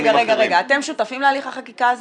רגע, רגע, אתם שותפים להליך החקיקה הזה?